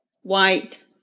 white